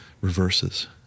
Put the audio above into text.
reverses